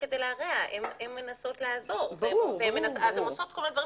הן מנסות לעזור אז הן עושות כל מיני דברים